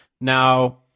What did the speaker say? Now